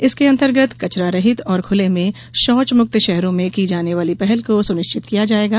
इसके अंतर्गत कचरा रहित और खुले में शौच मुक्त शहरों में की जाने वाली पहल को सुनिश्चित किया जायेगा